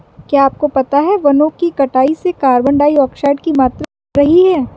क्या आपको पता है वनो की कटाई से कार्बन डाइऑक्साइड की मात्रा बढ़ रही हैं?